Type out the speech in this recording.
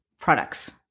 products